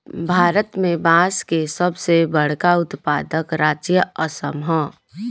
भारत में बांस के सबसे बड़का उत्पादक राज्य असम ह